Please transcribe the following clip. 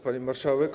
Pani Marszałek!